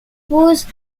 pose